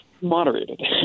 moderated